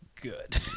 good